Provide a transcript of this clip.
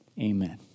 Amen